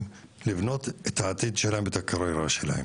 לבנות את העתיד שלהם ואת הקריירה שלהם.